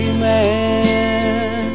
man